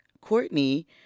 courtney